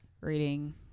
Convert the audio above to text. reading